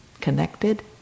connected